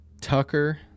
Tucker